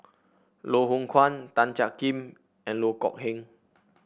Loh Hoong Kwan Tan Jiak Kim and Loh Kok Heng